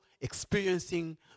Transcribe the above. experiencing